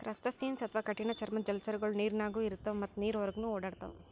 crustaceans ಅಥವಾ ಕಠಿಣ್ ಚರ್ಮದ್ದ್ ಜಲಚರಗೊಳು ನೀರಿನಾಗ್ನು ಇರ್ತವ್ ಮತ್ತ್ ನೀರ್ ಹೊರಗನ್ನು ಓಡಾಡ್ತವಾ